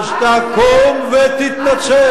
אז תקום ותתנצל.